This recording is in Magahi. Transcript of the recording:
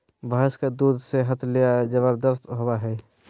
भैंस के दूध सेहत ले जबरदस्त होबय हइ